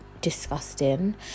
disgusting